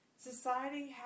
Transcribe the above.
Society